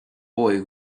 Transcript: boy